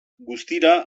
guztira